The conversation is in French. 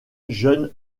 jeunes